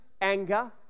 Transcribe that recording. anger